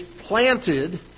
planted